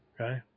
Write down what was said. Okay